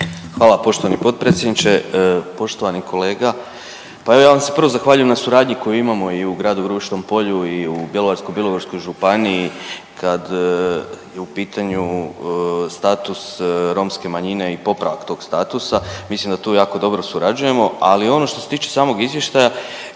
Hvala poštovani potpredsjedniče. Poštovani kolega, pa evo ja vam se prvo zahvaljujem na suradnji koju imamo i u gradu Grubišnom Polju i u Bjelovarsko-bilogorskoj županiji kad je u pitanju status romske manjine i popravak tog statusa. Mislim da tu jako dobro surađujemo, ali ono što se tiče samog izvještaja,